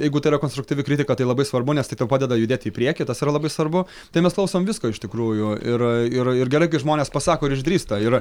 jeigu tai yra konstruktyvi kritika tai labai svarbu nes tai tau padeda judėti į priekį tas yra labai svarbu tai mes klausom visko iš tikrųjų ir ir ir gerai kai žmonės pasako ir išdrįsta ir